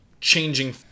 changing